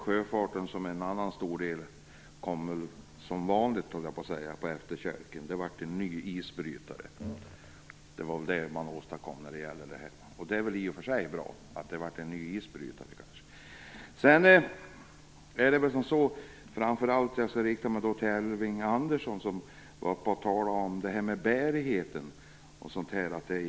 Sjöfarten, som är en annan stor näring, kommer - som vanligt, höll jag på att säga - på efterkälken. Vad man åstadkommit i detta sammanhang är en ny isbrytare, och det är väl i och för sig bra. Jag riktar mig framför allt till Elving Andersson, som talade om att det är bra med en god bärighet.